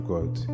God